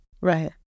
Right